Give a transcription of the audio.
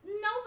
no